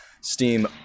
Steam